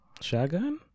shotgun